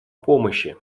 помощи